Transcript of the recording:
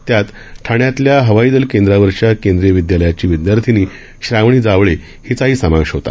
त्यात ठाण्यातल्या हवाई दल केंद्रावरच्या केंद्रीय विदयालयाची विदयार्थिनी श्रावणी जावळे हिचाही समावेश होता